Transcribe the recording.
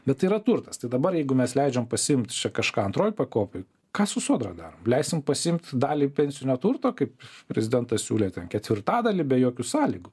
bet tai yra turtas tai dabar jeigu mes leidžiam pasiimt kažką antroj pakopoj ką su sodra darom leisim pasiimt dalį pensinio turto kaip prezidentas siūlė ten ketvirtadalį be jokių sąlygų